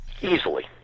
Easily